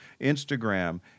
Instagram